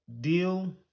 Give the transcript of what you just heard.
deal